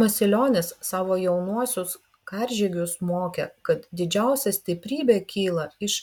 masilionis savo jaunuosius karžygius mokė kad didžiausia stiprybė kyla iš